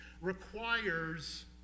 requires